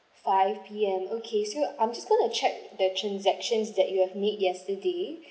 five P_M okay so I'm just want to check the transaction that you have made yesterday